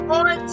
on